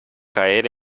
caer